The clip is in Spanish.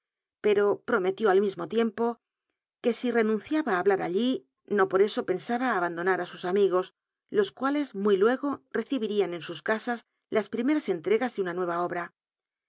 pero prometió al mismo tiempo que si renunciaba á hablar alti no por eso pensaba abandonar á sus amigos los cuales muy luego recibiriaa en sus casas las primeras entregas de una nuera obra